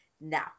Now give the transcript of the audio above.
now